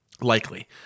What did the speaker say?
likely